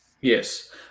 Yes